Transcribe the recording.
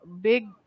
big